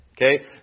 okay